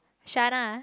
Shanna